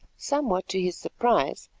somewhat to his surprise,